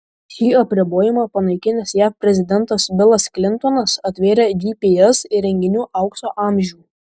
šį apribojimą panaikinęs jav prezidentas bilas klintonas atvėrė gps įrenginių aukso amžių